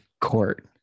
court